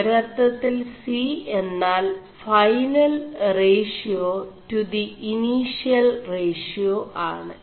ഒരർøøിൽ C എMാൽ final ratio to the initial ratio ആണ്